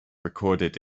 recorded